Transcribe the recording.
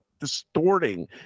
distorting